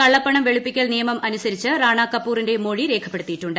കള്ളപ്പണം വെളുപ്പിക്കൽ നിയമം അനുസരിച്ച് റാണ കപൂറിന്റെ മൊഴി രേഖപ്പെടുത്തിയിട്ടുണ്ട്